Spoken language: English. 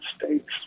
States